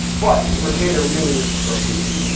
but mercator really isn't appropriate here.